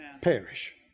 perish